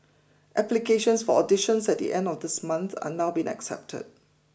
applications for auditions at the end of this month are now being accepted